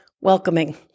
welcoming